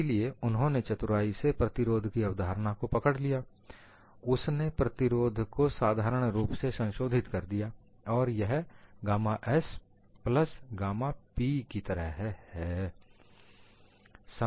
इसलिए उन्होंने चतुराई से प्रतिरोध की अवधारणा को पकड लिया उसने प्रतिरोध को साधारण रूप से संशोधित कर दिया और यह gamma s plus gamma p की तरह है